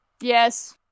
Yes